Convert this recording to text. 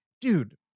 Dude